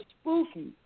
spooky